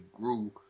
grew